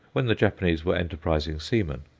when the japanese were enterprising seamen,